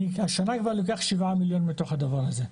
השנה אני כבר לוקח 7 מיליון מתוך הדבר הזה,